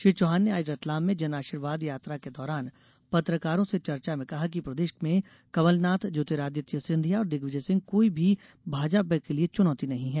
श्री चौहान ने आज रतलाम में जनअशीर्वाद यात्रा के दौरान पत्रकारों से चर्चा में कहा कि प्रदेश में कमलनाथ ज्योतिरादित्य सिंधिया और दिग्विजय सिंह कोई भी भाजपा के लिये चुनौती नहीं है